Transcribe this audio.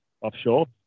offshore